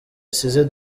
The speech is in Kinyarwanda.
isize